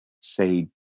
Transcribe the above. say